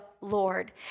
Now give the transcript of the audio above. Lord